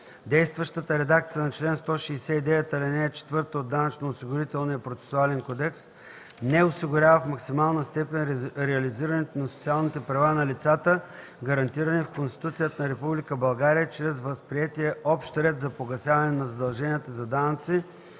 действащата редакция на чл. 169, ал. 4 от Данъчно-осигурителния процесуален кодекс не осигурява в максимална степен реализирането на социалните права на лицата, гарантирани в Конституцията на Република България, чрез възприетия общ ред за погасяване на задълженията за данъци